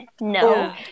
No